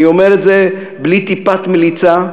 אני אומר את זה בלי טיפת מליצה.